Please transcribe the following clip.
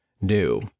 new